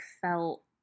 felt